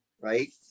right